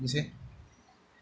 मोनसे